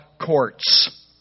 courts